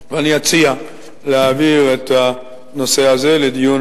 ואני אציע להעביר את הנושא הזה לדיון